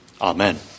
Amen